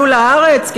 עלו לארץ,